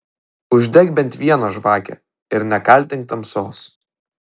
uždek bent vieną žvakę ir nekaltink tamsos